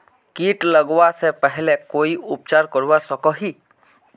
किट लगवा से पहले कोई उपचार करवा सकोहो ही?